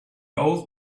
old